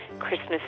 christmas